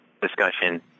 discussion